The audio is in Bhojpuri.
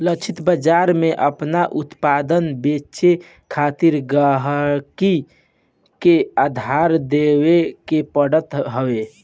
लक्षित बाजार में आपन उत्पाद बेचे खातिर गहकी के आधार देखावे के पड़त हवे